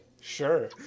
sure